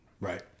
Right